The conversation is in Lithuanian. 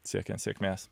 siekiant sėkmės